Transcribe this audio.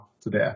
today